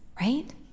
right